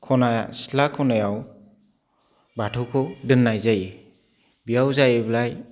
खना सिथ्ला खनायाव बाथौखौ दोननाय जायो बेयाव जाहैबाय